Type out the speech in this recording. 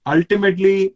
Ultimately